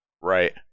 Right